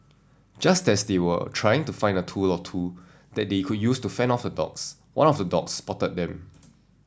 just as they were trying to find a tool or two that they could use to fend off the dogs one of the dogs spotted them